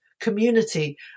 community